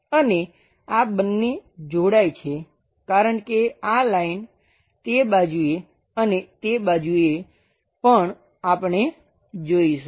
અને આ બંને જોડાય છે કારણ કે આ લાઈન તે બાજુએ અને તે બાજુએ પણ આપણે જોઈશું